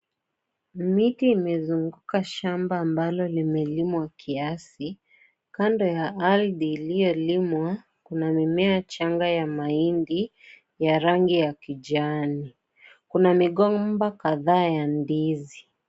Miti imezunguka shamba ambalo limelimwa kiasi, kando ya ardhi iliyolimwa kuna mimea changa ya maindi ya rangi ya kijani. Kuna migomba kadhaa ya ndizi.